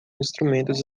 instrumentos